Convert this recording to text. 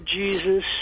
Jesus